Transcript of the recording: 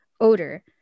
odor